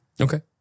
Okay